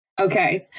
Okay